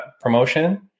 promotion